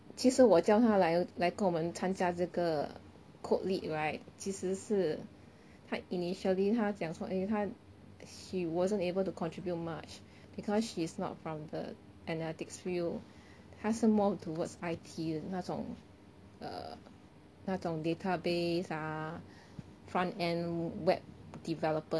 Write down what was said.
其实我叫他来来跟我们参加这个 code lead right 其实是他 initially 他讲说 eh 他 she wasn't able to contribute much because she's not from the analytics field 他是 more towards I_T 的那种 err 那种 database ah front end web developer 那种